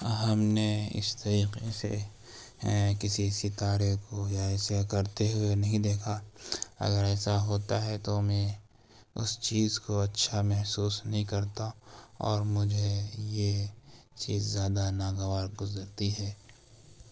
ہم نے اس طریقے سے کسی ستارے کو یا ایسے کرتے ہوئے نہیں دیکھا اگر ایسا ہوتا ہے تو میں اس چیز کو اچھا محسوس نہیں کرتا اور مجھے یہ چیز زیادہ ناگوار گزرتی ہے